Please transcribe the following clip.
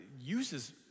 uses